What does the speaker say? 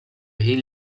ħin